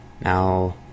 Now